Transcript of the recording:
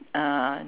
uh